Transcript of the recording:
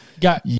Got